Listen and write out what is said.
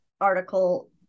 article